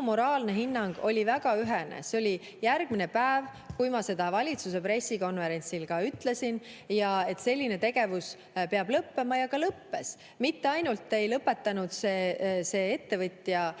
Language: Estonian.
minu moraalne hinnang oli väga ühene. See oli järgmine päev, kui ma valitsuse pressikonverentsil ütlesin, et selline tegevus peab lõppema, ja see ka lõppes. Mitte ainult ei lõpetanud see ettevõtja